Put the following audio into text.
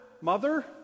mother